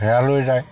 সেয়ালৈও যায়